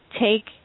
take